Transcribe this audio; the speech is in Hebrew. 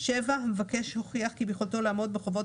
(7)המבקש הוכיח כי ביכולתו לעמוד בחובות